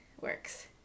works